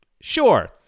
sure